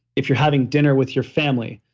if you're having dinner with your family,